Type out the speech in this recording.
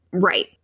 Right